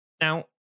Now